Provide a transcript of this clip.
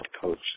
coach